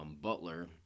Butler